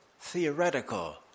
theoretical